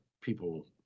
people